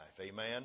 Amen